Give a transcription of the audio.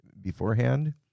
beforehand